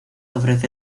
ofrece